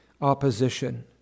opposition